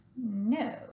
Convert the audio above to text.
No